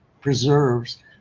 preserves